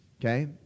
okay